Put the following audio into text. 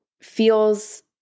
feels